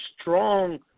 strong